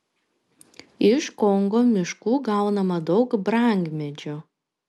iš kongo miškų gaunama daug brangmedžių